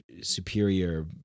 superior